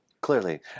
Clearly